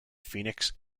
phoenix